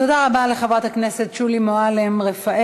תודה רבה לחברת הכנסת שולי מועלם-רפאלי.